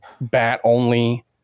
bat-only